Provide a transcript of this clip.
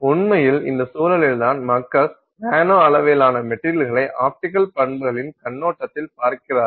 உண்மையில் இந்த சூழலில்தான் மக்கள் நானோ அளவிலான மெட்டீரியல்களை ஆப்டிக்கல் பண்புகளின் கண்ணோட்டத்தில் பார்க்கிறார்கள்